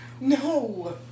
No